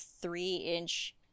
three-inch